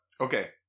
Okay